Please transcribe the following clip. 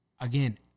again